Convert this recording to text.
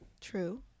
true